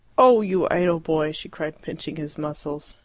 oh, you idle boy! she cried, pinching his muscles.